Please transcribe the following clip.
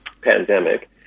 pandemic